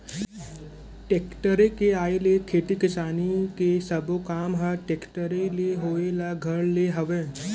tractor के आए ले खेती किसानी के सबो काम ह टेक्टरे ले होय ल धर ले हवय